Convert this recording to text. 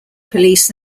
police